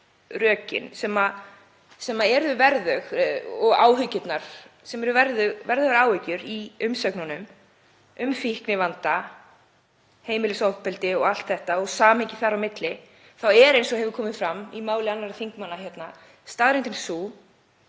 sem eru verðug og áhyggjurnar sem eru verðugar í umsögnunum um fíknivanda, heimilisofbeldi og allt þetta og samhengið þar á milli þá er, eins og hefur komið fram í máli annarra þingmanna, staðreyndin sú